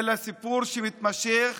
אלא סיפור שמתמשך